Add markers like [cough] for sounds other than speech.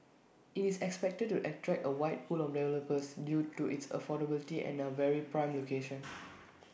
IT is expected to attract A wide pool of developers due to its affordability and A very prime location [noise]